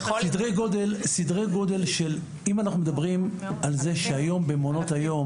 אם אנחנו מדברים על זה שהיום במעונות היום,